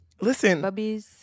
Listen